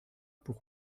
pour